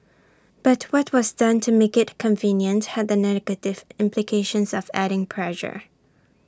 but what was done to make IT convenient had the negative implications of adding pressure